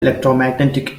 electromagnetic